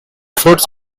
fruits